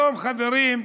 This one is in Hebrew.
חברים,